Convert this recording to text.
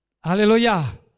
Hallelujah